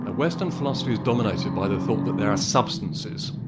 and western philosophy is dominated by the thought that there are substances,